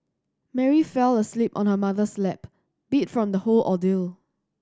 Mary fell asleep on her mother's lap beat from the whole ordeal